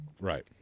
Right